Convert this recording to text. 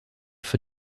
für